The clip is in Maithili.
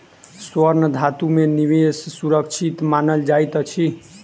स्वर्ण धातु में निवेश सुरक्षित मानल जाइत अछि